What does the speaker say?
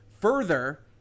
Further